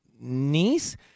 niece